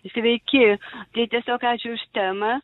sveiki tai tiesiog ačiū už temą